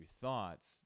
thoughts